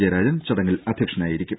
ജയരാജൻ ചടങ്ങിൽ അധ്യക്ഷനായിരിക്കും